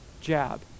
jab